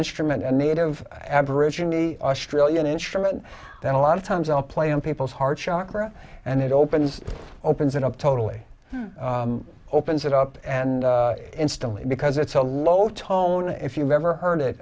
instrument a native aborigine australian instrument that a lot of times i'll play on people's hearts shakara and it opens opens it up totally opens it up and instantly because it's a low tone if you've ever heard it